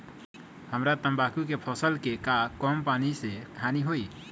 हमरा तंबाकू के फसल के का कम नमी से हानि होई?